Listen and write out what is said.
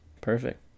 Perfect